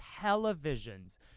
televisions